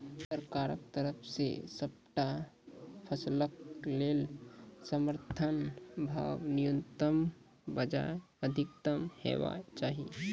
सरकारक तरफ सॅ सबटा फसलक लेल समर्थन भाव न्यूनतमक बजाय अधिकतम हेवाक चाही?